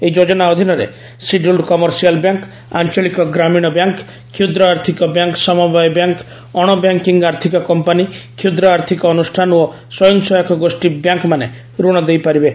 ଏହି ଯୋଜନା ଅଧୀନରେ ସିଡ୍କୁଲ୍ଡ୍ କମର୍ସିଆଲ୍ ବ୍ୟାଙ୍କ୍ ଆଂଚଳିକ ଗ୍ରାମୀଣ ବ୍ୟାଙ୍କ୍ କ୍ଷୁଦ୍ର ଆର୍ଥକ ବ୍ୟାଙ୍କ୍ ସମବାୟ ବ୍ୟାଙ୍କ୍ ଅଶବ୍ୟାଙ୍କିଙ୍ଗ୍ ଆର୍ଥିକ କମ୍ପାନୀ କ୍ଷୁଦ୍ର ଆର୍ଥକ ଅନ୍ରଷ୍ଠାନ ଓ ସ୍ୱୟଂ ସହାୟକ ଗୋଷ୍ଠୀ ବ୍ୟାଙ୍କ୍ ମାନେ ଋଣ ଦେଇପାରିବେ